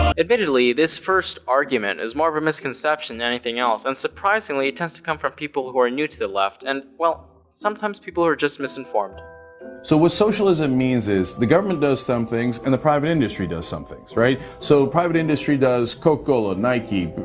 admittedly, this first argument is more of a misconception than anything else and surprisingly it tends to come from people who are new to the left, and well sometimes people who are just misinformed. cenk so what socialism means is the government does some things and the private industry does some things, right? so the private industry does coca-cola, nike,